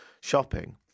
shopping